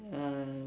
uh